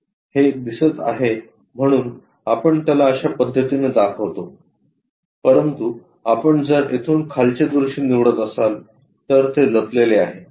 हे दिसत आहे म्हणून आपण त्याला अश्या पद्धतीने दाखवतो परंतु आपण जर येथून खालचे दृश्य निवडत असालतर ते लपलेले आहे